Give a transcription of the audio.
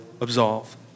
absolve